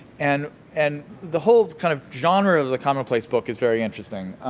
and and the whole kind of genre of the commonplace book is very interesting.